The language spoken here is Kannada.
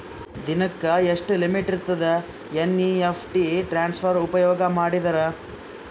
ದಿನಕ್ಕ ಎಷ್ಟ ಲಿಮಿಟ್ ಇರತದ ಎನ್.ಇ.ಎಫ್.ಟಿ ಟ್ರಾನ್ಸಫರ್ ಉಪಯೋಗ ಮಾಡಿದರ?